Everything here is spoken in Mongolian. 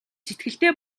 сэтгэлтэй